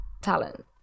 talent